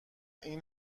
این